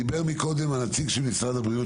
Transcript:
דיבר קודם נציג משרד הבריאות,